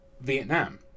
Vietnam